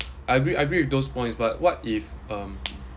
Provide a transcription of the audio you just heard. I agree I agree with those points but what if um